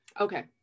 Okay